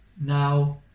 now